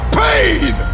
pain